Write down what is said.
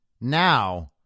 now